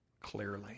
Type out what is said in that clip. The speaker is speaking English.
clearly